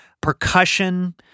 Percussion